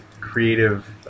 creative